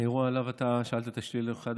האירוע שעליו אתה שאלת את השאילתה הוא אחד